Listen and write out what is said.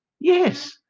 yes